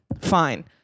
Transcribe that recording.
Fine